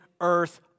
earth